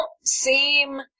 seem